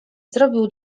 zrobił